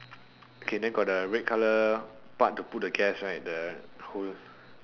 okay then got the red color part to put the gas right the hull